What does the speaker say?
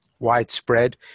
widespread